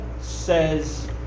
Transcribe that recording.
says